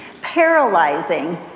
paralyzing